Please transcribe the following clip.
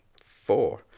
Four